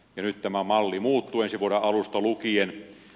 eri tämä malli muuttuu ensi vuoden alusta lukien